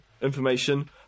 information